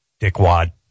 dickwad